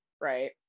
Right